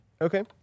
Okay